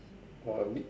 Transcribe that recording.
!wah! a bit